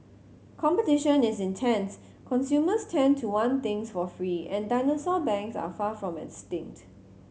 competition is intense consumers tend to want things for free and dinosaur banks are far from extinct